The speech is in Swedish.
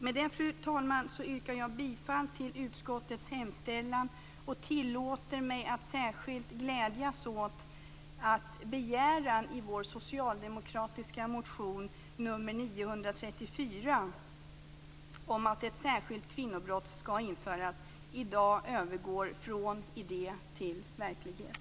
Med detta, fru talman, yrkar jag bifall till utskottets hemställan. Jag tillåter mig samtidigt att särskilt glädjas över att begäran i den socialdemokratiska motionen nr 934 om att ett särskilt kvinnobrott skall införas från att ha varit en idé i dag övergår i verklighet.